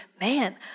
man